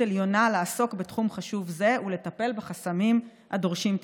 עליונה לעסוק בתחום חשוב זה ולטפל בחסמים הדורשים טיפול.